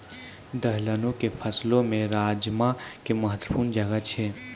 दलहनो के फसलो मे राजमा के महत्वपूर्ण जगह छै